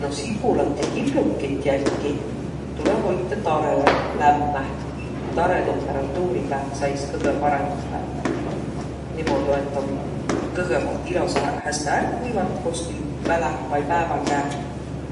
No sibulat ja kiblukit jälkiq tulõ hoitaq tarõ lämmäh. Tarõtemperatuuri pääl sais kõgõ parõmbahe. Niimuudu, et om kõgõpäält ilosahe häste ärq kuivat koskil väläh vai päävä käeh